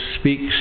Speaks